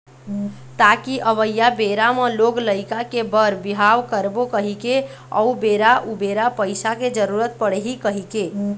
ताकि अवइया बेरा म लोग लइका के बर बिहाव करबो कहिके अउ बेरा उबेरा पइसा के जरुरत पड़ही कहिके